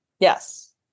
Yes